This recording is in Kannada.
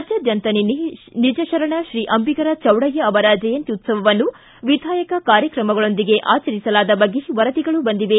ರಾಜ್ಯಾದ್ಯಂತ ನಿನ್ನೆ ನಿಜಶರಣ ತ್ರೀ ಅಂಬಿಗರ ಚೌಡಯ್ನ ಅವರ ಜಯಂತ್ಲುತ್ತವ ವಿಧಾಯಕ ಕಾರ್ಯಕ್ತಮಗಳೊಂದಿಗೆ ಆಚರಿಸಲಾದ ಬಗ್ಗೆ ವರದಿಗಳು ಬಂದಿವೆ